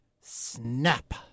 snap